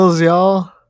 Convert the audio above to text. y'all